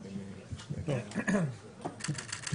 אני